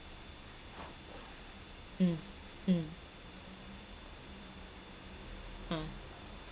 mm mm ah